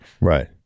right